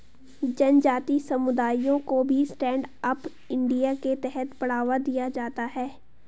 जनजाति समुदायों को भी स्टैण्ड अप इंडिया के तहत बढ़ावा दिया जाता है